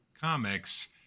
comics